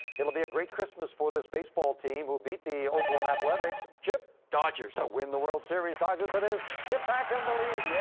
it'll be a great christmas for this baseball team who beat the oakland athletics. chip? dodgers. to win the world series. dodgers it is. chip back in the lead, yes.